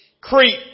Crete